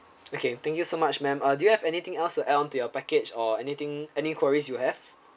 okay thank you so much ma'am uh do you have anything else to add on to your package or anything any enquiries you have